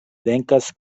venkas